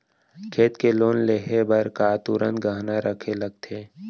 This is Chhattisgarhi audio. खेती के लोन लेहे बर का तुरंत गहना रखे लगथे?